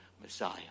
Messiah